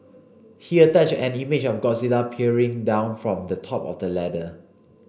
he attached an image of Godzilla peering down from the top of the ladder